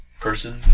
Person